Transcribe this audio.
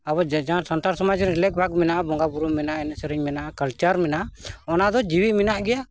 ᱟᱵᱚ ᱡᱟᱦᱟᱸ ᱥᱟᱱᱛᱟᱲ ᱥᱚᱢᱟᱡᱽ ᱨᱮ ᱞᱮᱠ ᱵᱷᱟᱜᱽ ᱢᱮᱱᱟᱜᱼᱟ ᱵᱚᱸᱜᱟ ᱵᱩᱨᱩ ᱢᱮᱱᱟᱜᱼᱟ ᱮᱱᱮᱡ ᱥᱮᱨᱮᱧ ᱢᱮᱱᱟᱜᱼᱟ ᱠᱟᱞᱪᱟᱨ ᱢᱮᱱᱟᱜᱼᱟ ᱚᱱᱟ ᱫᱚ ᱡᱤᱣᱤ ᱢᱮᱱᱟᱜ ᱜᱮᱭᱟ